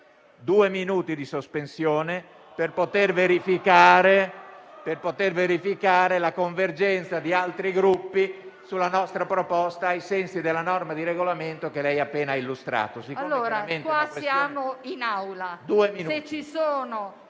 minuti di sospensione per verificare la convergenza di altri Gruppi sulla nostra proposta, ai sensi della norma del Regolamento che lei appena illustrato.